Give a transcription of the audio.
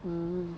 mm